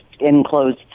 enclosed